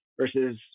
versus